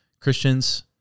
Christians